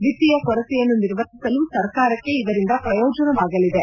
ವಿತ್ನೀಯ ಕೊರತೆಯನ್ನು ನಿರ್ವಹಿಸಲು ಸರಕಾರಕ್ಕೆ ಇದರಿಂದ ಪ್ರಯೋಜನವಾಗಲಿದೆ